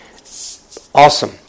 Awesome